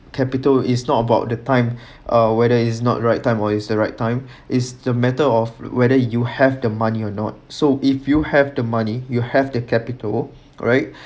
capital is not about the time uh whether is not right time or is the right time is the matter of whether you have the money or not so if you have the money you have the capital right